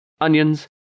onions